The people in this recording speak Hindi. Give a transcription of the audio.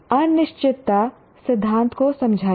अनिश्चितता सिद्धांत को समझाइए